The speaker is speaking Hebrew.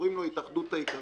קוראים לו "התאחדות האיכרים",